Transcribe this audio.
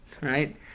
right